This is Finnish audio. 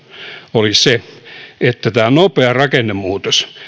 oli se että tässä nopeassa rakennemuutoksessa